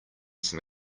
some